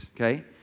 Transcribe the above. okay